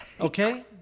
Okay